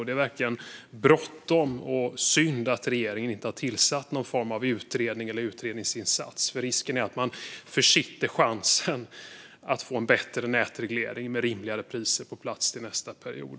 Det är verkligen bråttom och synd att regeringen inte har tillsatt någon form av utredning. Risken är att man försitter chansen att få en bättre nätreglering med rimligare priser på plats till nästa period.